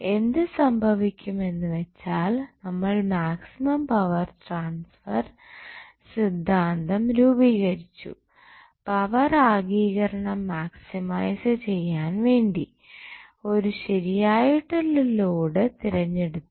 എന്തു സംഭവിക്കുമെന്ന് വെച്ചാൽ നമ്മൾ മാക്സിമം പവർ ട്രാൻസ്ഫർ സിദ്ധാന്തം രൂപീകരിച്ചു പവർ ആഗിരണം മാക്സിമൈസ് ചെയ്യാൻ വേണ്ടി ഒരു ശരിയായിട്ടുള്ള ലോഡ് തിരഞ്ഞെടുത്തു